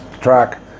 track